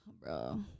bro